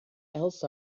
else